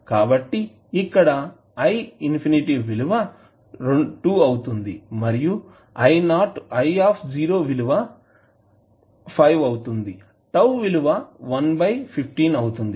కాబట్టిఇక్కడ విలువ 2 అవుతుంది మరియు i విలువ 5 అవుతుంది టౌ విలువ 115 అవుతుంది